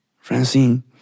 Francine